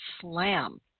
slam